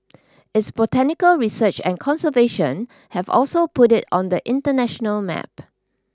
its botanical research and conservation have also put it on the international map